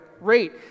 rate